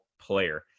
player